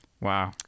Wow